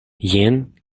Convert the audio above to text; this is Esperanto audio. jen